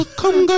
come